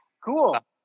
cool